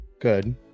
Good